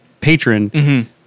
patron